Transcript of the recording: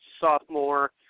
sophomore